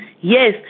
Yes